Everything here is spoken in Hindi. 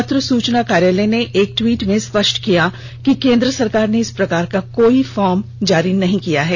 पत्र सूचना कार्यालय ने एक ट्वीट में स्पष्ट किया कि केन्द्र सरकार ने इस प्रकार का कोई फॉर्म जारी नहीं किया है